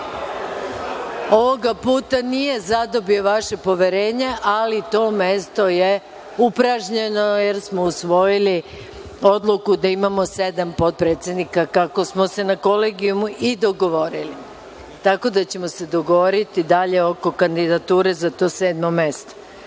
ovoga puta nije zadobio vaše poverenje, ali to mesto je upražnjeno, jer smo usvojili odluku da imamo sedam potpredsednika, kako smo se na Kolegijumu i dogovorili, tako da ćemo se dogovoriti dalje oko kandidature za to sedmo mesto. Pauzu